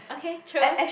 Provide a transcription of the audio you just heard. okay true